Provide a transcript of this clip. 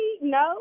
No